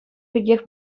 пекех